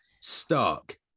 Stark